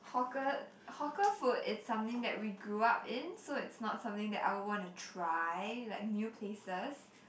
hawker hawker food is something that we grew up in so it's not something that I would wanna try like new places